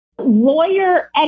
lawyer